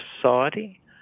society